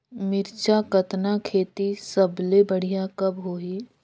मिरचा कतना खेती सबले बढ़िया कब होही?